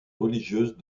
religieuses